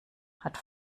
hat